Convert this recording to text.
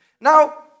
Now